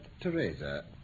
Teresa